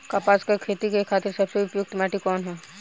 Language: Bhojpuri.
कपास क खेती के खातिर सबसे उपयुक्त माटी कवन ह?